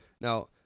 Now